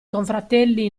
confratelli